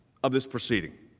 of this proceeding